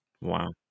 Wow